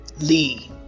Lee